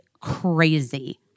crazy